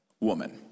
woman